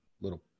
little